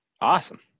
awesome